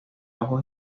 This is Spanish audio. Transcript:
bajo